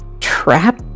trap